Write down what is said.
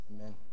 Amen